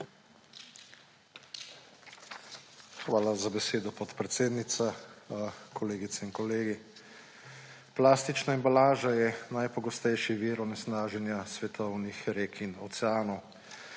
Hvala za besedo, podpredsednica. Kolegice in kolegi! Plastična embalaža je najpogostejši vir onesnaženja svetovnih rek in oceanov.